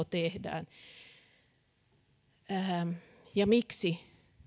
tehdään ja miksi